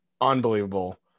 unbelievable